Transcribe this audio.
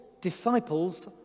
disciples